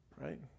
right